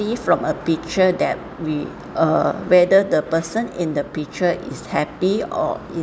see from a picture that we uh whether the person in the picture is happy or is